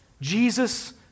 Jesus